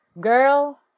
girl